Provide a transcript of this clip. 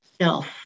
self